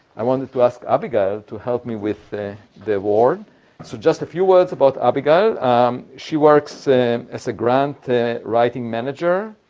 i wanted to ask abigail to help me with the award so just a few words about abigail she works as a grant writing manager